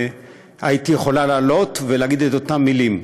היית יכולה לעלות ולהגיד את אותן מילים,